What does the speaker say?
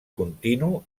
continu